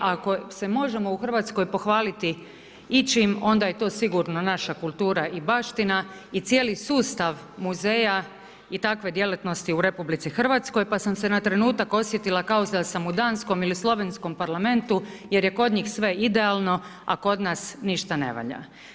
Ako se možemo u RH pohvaliti ičim, onda je to sigurno naša kultura i baština i cijeli sustav muzeja i takve djelatnosti u RH, pa sam se na trenutak osjetila kao da sam u danskom ili slovenskom parlamentu jer je kod njih sve idealno, a kod nas ništa ne valja.